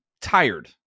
tired